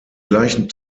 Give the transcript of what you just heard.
gleichen